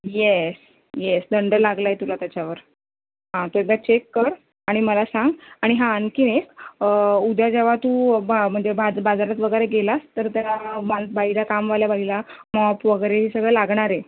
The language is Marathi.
येस येस दंड लागला आहे तुला त्याच्यावर हां तो एकदा चेक कर आणि मला सांग आणि हा आणखी एक उद्या जेव्हा तू बा म्हणजे बाज बाजारात वगैरे गेलास तर त्या मा बाईला कामवाल्या बाईला मॉप वगैरे हे सगळं लागणार आहे